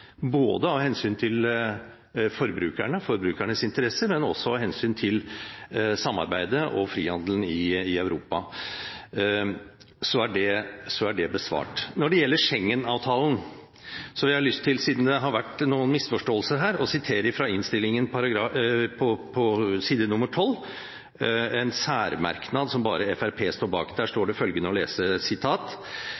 både av hensyn til forbrukernes interesser og av hensyn til samarbeidet og frihandelen i Europa. Så er det besvart. Når det gjelder Schengen-avtalen, har jeg lyst til – siden det har vært noen misforståelser her – å sitere fra side tolv i Innst. 227 S for 2012–2013, fra en særmerknad som bare Fremskrittspartiet står bak. Der står